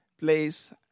place